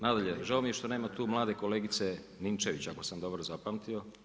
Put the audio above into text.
Nadalje, žao mi je što nema tu mlade kolegice Ninčević, ako sam dobro zapamtio.